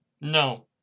No